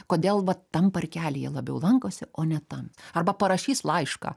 kodėl vat tam parkelyje labiau lankosi o ne tam arba parašys laišką